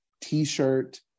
T-shirt